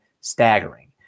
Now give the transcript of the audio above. staggering